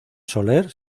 soler